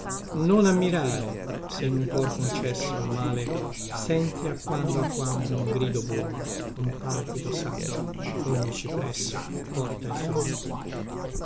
non ammirare se in un cuor concesso al male senti a quando a quando un grido buono un palpito santo ogni cipresso porta il suo nido